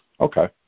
Okay